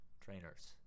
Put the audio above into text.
trainers